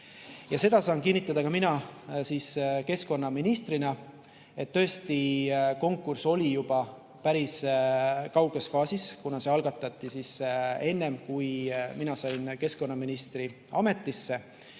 Seda saan kinnitada ka mina keskkonnaministrina – tõesti, konkurss oli juba päris kauges faasis, kuna see algatati enne, kui mina sain keskkonnaministri ametisse.